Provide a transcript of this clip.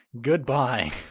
Goodbye